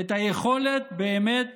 את היכולת באמת